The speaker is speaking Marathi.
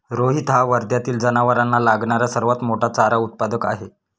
रोहित हा वर्ध्यातील जनावरांना लागणारा सर्वात मोठा चारा उत्पादक आहे